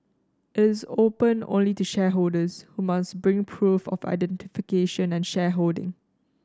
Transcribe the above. it is open only to shareholders who must bring proof of identification and shareholding